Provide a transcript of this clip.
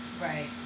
Right